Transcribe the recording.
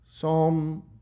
Psalm